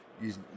use